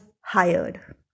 hired